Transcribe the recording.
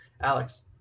alex